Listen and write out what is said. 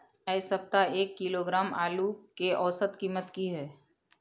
ऐ सप्ताह एक किलोग्राम आलू के औसत कीमत कि हय?